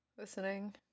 listening